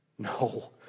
No